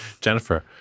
Jennifer